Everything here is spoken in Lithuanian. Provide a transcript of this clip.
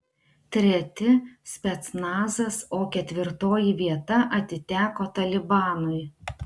treti specnazas o ketvirtoji vieta atiteko talibanui